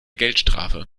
geldstrafe